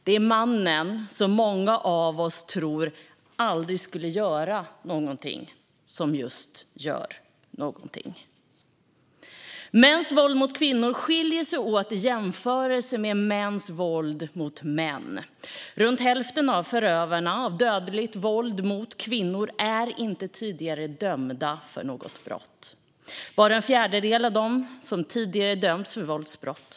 Det är mannen som så många av oss tror "aldrig skulle göra någonting" som just gör någonting. Mäns våld mot kvinnor skiljer sig från mäns våld mot män. Runt hälften av förövarna av dödligt våld mot kvinnor är inte tidigare dömda för något brott. Bara en fjärdedel av dem har tidigare dömts för våldsbrott.